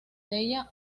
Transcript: tella